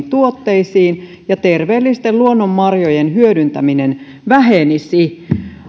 tuotteisiin ja terveellisten luonnonmarjojen hyödyntäminen vähenisi